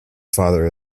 feather